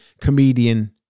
comedian